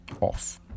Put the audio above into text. off